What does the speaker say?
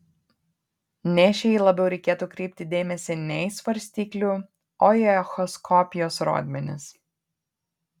nėščiajai labiau reikėtų kreipti dėmesį ne į svarstyklių o į echoskopijos rodmenis